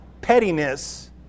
pettiness